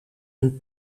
een